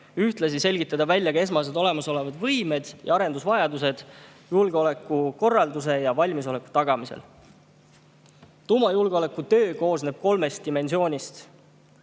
Ühtlasi selgitatakse välja esmased olemasolevad võimed ja arendusvajadused julgeolekukorralduses valmisoleku tagamiseks. Tuumajulgeolekutöö koosneb kolmest dimensioonist: